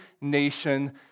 nation